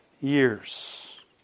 years